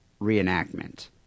reenactment